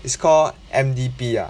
it's called M_D_P ah